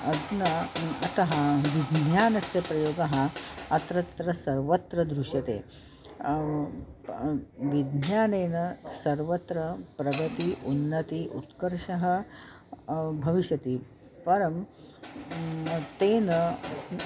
अधुना अतः विज्ञानस्य प्रयोगः अत्र तत्र सर्वत्र दृश्यते विज्ञानेन सर्वत्र प्रगतिः उन्नतिः उत्कर्षः भविष्यति परं तेन